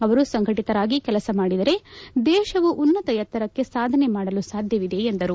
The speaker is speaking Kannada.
ಅವರು ಸಂಘಟತರಾಗಿ ಕೆಲಸ ಮಾಡಿದರೆ ದೇಶವು ಉನ್ನತ ಎತ್ತರಕ್ಕೆ ಸಾಧನೆ ಮಾಡಲು ಸಾಧ್ಯವಿದೆ ಎಂದರು